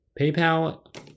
PayPal